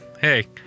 Hey